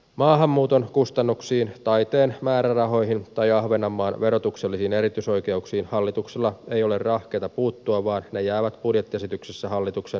maahanmuuton kustannuksiin taiteen määrärahoihin tai ahvenanmaan verotuksellisiin erityisoikeuksiin hallituksella ei ole rahkeita puut tua vaan ne jäävät budjettiesityksessä hallituksen erityissuojelun piiriin